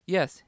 Yes